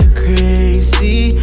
crazy